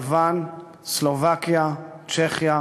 יוון, סלובקיה, צ'כיה